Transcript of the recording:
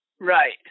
Right